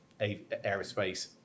Aerospace